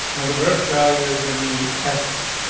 well, the first value is going to be x,